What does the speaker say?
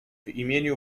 imieniu